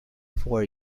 four